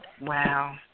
Wow